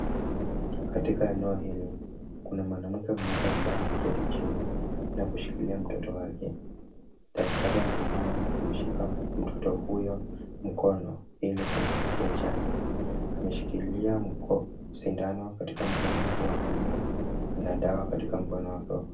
Katika eneo hili, kuna mwanamke mmoja ambaye ameketi chini na kushikilia mtoto wake. Daktari ameinama na kumshika mtoto huyo mkono ili kumpatia chanjo. Ameshikilia sindano katika mkono wake wa kulia na dawa katika mkono wake wa kushoto.